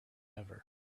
ever